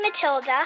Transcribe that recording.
Matilda